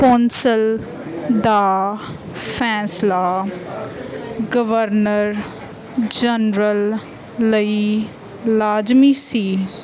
council ਦਾ ਫੈਸਲਾ governor general ਲਈ ਲਾਜ਼ਮੀ ਸੀ